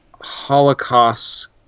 Holocaust